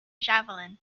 javelin